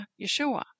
Yeshua